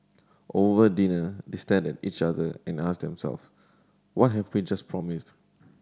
over dinner they stared at each other and asked themselves what have we just promised